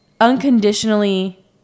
unconditionally